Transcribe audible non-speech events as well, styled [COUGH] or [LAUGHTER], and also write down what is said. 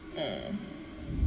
[NOISE]